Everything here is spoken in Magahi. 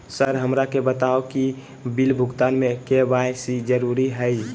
सर हमरा के बताओ कि बिल भुगतान में के.वाई.सी जरूरी हाई?